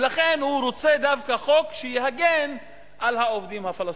ולכן הוא רוצה דווקא חוק שיגן על העובדים הפלסטינים.